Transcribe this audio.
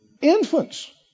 Infants